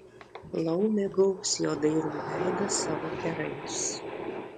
laumė gaubs jo dailų veidą savo kerais